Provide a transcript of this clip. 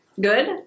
good